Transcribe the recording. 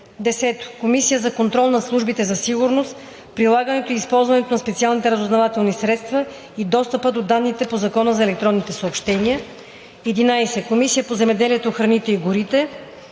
ред; 10. Комисия за контрол над службите за сигурност, прилагането и използването на специалните разузнавателни средства и достъпа до данните по Закона за електронните съобщения; 11. Комисия по земеделието, храните и горите;